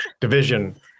Division